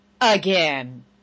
again